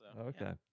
Okay